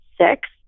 six